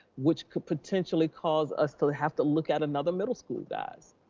which could potentially cause us to have to look at another middle school guys,